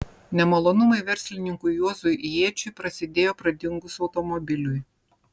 nemalonumai verslininkui juozui jėčiui prasidėjo pradingus automobiliui